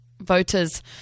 voters